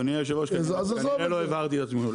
אז אדוני היושב ראש אני כנראה לא הבהרתי את עצמי,